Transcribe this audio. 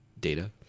data